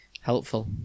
Helpful